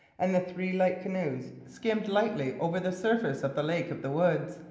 and the three light canoes skimmed lightly over the surface of the lake of the woods,